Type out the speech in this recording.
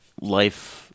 life